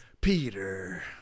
Peter